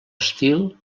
estil